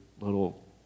little